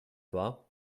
war